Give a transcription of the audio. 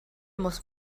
muss